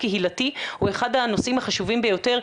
קהילתי הוא אחד הנושאים החשובים ביותר,